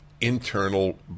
internal